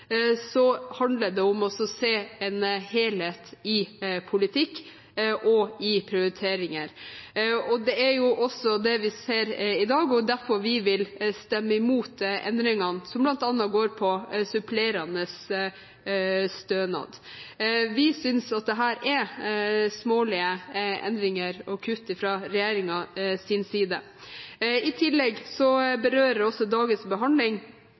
politikk og i prioriteringer. Det er også det vi ser i dag, og derfor vil vi stemme mot endringene som bl.a. går på supplerende stønad. Vi synes dette er smålige endringer og kutt fra regjeringens side. I tillegg berører også dagens behandling